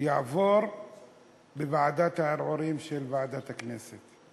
יעבור בוועדת הערעורים של ועדת הכנסת.